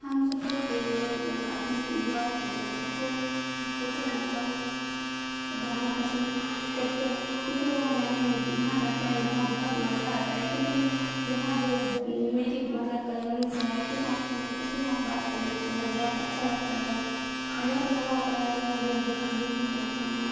ہم سفر کے لیے اپنی بوا کے گھر پھپھو پھوپھی کے گھر جانا پسند کرتے ہیں کیونکہ وہاں جانے میں وہاں جاتے ہیں وہاں بہت مزہ آتا ہے کیونکہ وہاں جو میری مطلب کزنس ہے اس کے ساتھ اس کے ساتھ بات کرنا کھیلنا بہت اچھا لگتا ہے اور بہت مزہ آتا ہے الگ الگ جگہ گھومنے جاتے ہیں